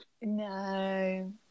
No